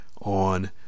on